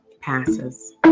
passes